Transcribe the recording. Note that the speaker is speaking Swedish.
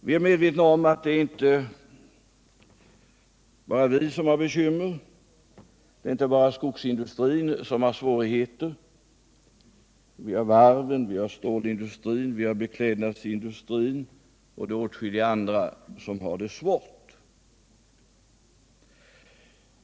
Vi är medvetna om att det inte bara är vi som har bekymmer. Det är inte bara skogsindustrin som har svårigheter. Vi har varven, stålindustrin, beklädnadsindustrin och åtskilliga andra som har det svårt.